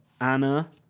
Anna